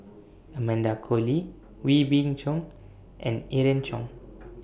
Amanda Koe Lee Wee Beng Chong and Irene Khong